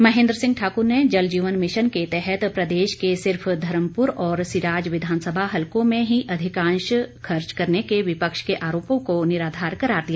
महेंद्र सिंह ठाकुर ने जलजीवन मिशन के तहत प्रदेश के सिर्फ धर्मपुर और सिराज विधानसभा हलकों में ही अधिकांश खर्च करने के विपक्ष के आरोपों को निराधार करार दिया